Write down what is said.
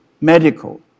medical